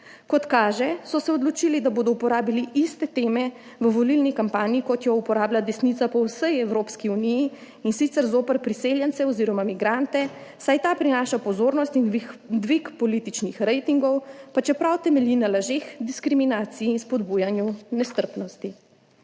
Kot kaže, so se odločili, da bodo uporabili iste teme v volilni kampanji, kot jih uporablja desnica po vsej Evropski uniji, in sicer zoper priseljence oziroma migrante, saj ta prinaša pozornost in dvig političnih ratingov, pa čeprav temelji na lažeh, diskriminacij in spodbujanju nestrpnosti.